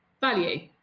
value